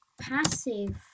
passive